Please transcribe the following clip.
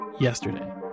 yesterday